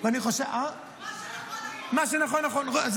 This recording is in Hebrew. מה שנכון נכון.